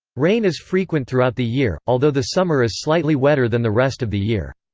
rain is frequent throughout the year, although the summer is slightly wetter than the rest of the year.